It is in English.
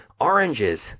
Oranges